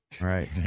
Right